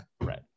Right